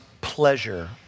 pleasure